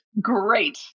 Great